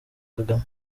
kagame